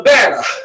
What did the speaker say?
Banner